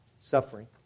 suffering